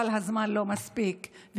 אבל הזמן לא מספיק.